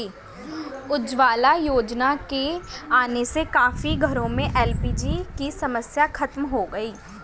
उज्ज्वला योजना के आने से काफी घरों में एल.पी.जी की समस्या खत्म हो गई